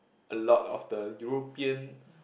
a lot of the European